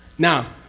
now,